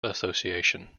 association